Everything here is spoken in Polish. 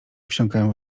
wsiąkają